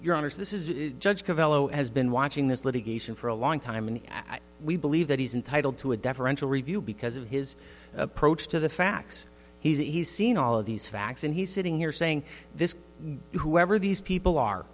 your honour's this is judge covello as been watching this litigation for a long time and we believe that he's entitled to a deferential review because of his approach to the facts he's seen all of these facts and he's sitting here saying this whoever these people are